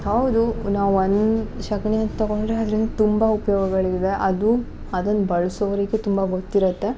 ಹೌದು ನಾವು ಒನ್ ಸಗಣಿಯನ್ನ ತಗೊಂಡರೆ ಅದ್ರಿಂದ ತುಂಬ ಉಪ್ಯೋಗಗಳಿವೆ ಅದು ಅದನ್ನ ಬಳ್ಸೋರಿಗೆ ತುಂಬ ಗೊತ್ತಿರುತ್ತೆ